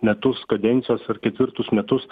metus kadencijos ar ketvirtus metus